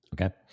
okay